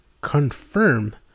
confirm